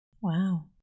Wow